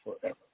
forever